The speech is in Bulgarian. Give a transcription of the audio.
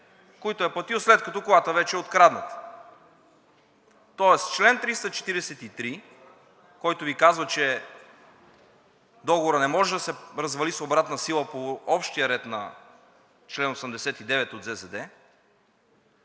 които е платил, след като колата вече е открадната. Тоест чл. 343, който Ви казва, че договорът не може да се развали с обратна сила по общия ред на чл. 89 от ЗЗД,